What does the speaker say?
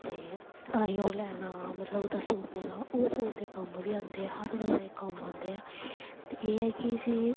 ते आहीं ओह् लैना मतलब ओह्दा सूप देना ओह् सूप दे कम्म बी औंदे ऐ हर गल्लै दे कम्म औंदे ऐ ते एह् ऐ कि इस्सी